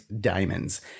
diamonds